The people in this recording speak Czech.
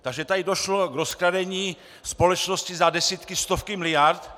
Takže tady došlo k rozkradení společnosti za desítky, stovky miliard.